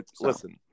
listen